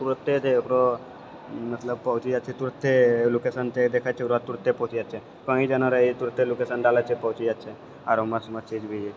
तुरते एकरो मतलब पहुँच जाइ छै तुरते लोकेशन देखाय छै ओकर बाद तुरते पहुँच जाइ छह कहीं जाना रहै तुरते लोकेशन डालै छै पहुँच जाइ छै आओर एमहरसँ ओमहर चीज भी